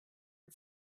and